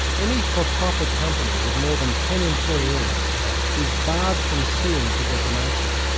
any for-profit company with more than ten employees is barred from suing for defamation.